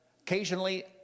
Occasionally